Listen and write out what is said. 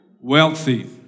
wealthy